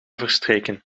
verstreken